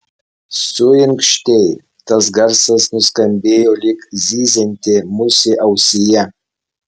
suinkštei tas garsas nuskambėjo lyg zyzianti musė ausyje